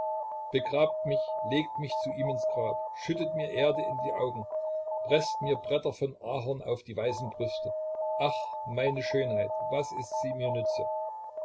begrabt mich legt mich zu ihm ins grab schüttet mir erde in die augen preßt mir bretter von ahorn auf die weißen brüste ach meine schönheit was ist sie mir nütze